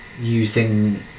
using